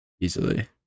Easily